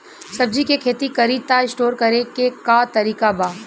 सब्जी के खेती करी त स्टोर करे के का तरीका बा?